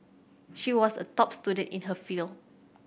she was a top student in her field